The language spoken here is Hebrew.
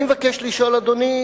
אדוני,